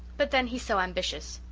but then he's so ambitious.